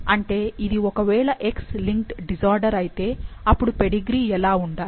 అంటే ఇది ఒకవేళ X లింక్డ్ డిజార్డర్ అయితే అప్పుడు పెడిగ్రీ ఎలా ఉండాలి